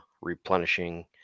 replenishing